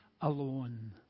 alone